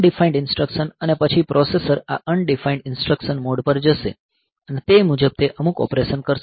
undefined instruction અને પછી processor આ અનડીફાઇન્ડ ઈન્સ્ટ્રકશન મોડ પર જશે અને તે મુજબ તે અમુક ઓપરેશન કરશે